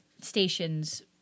stations